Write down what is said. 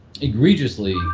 egregiously